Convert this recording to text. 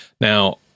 Now